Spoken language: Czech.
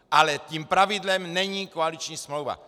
Ale tím pravidlem není koaliční smlouva.